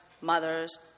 mothers